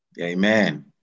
Amen